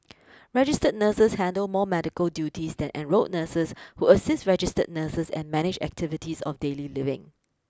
registered nurses handle more medical duties than enrolled nurses who assist registered nurses and manage activities of daily living